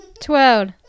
Twelve